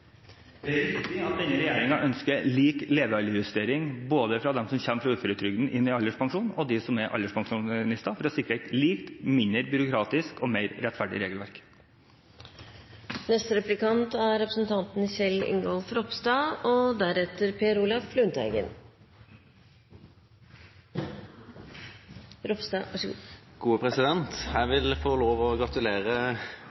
Det er riktig at denne regjeringen ønsker lik levealdersjustering både for dem som går fra uføretrygd og til alderspensjon, og for dem som er alderspensjonister, for å sikre et likt, mindre byråkratisk og mer rettferdig regelverk. Jeg vil få lov å gratulere Robert Eriksson som statsråd og